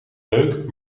leuk